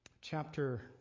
chapter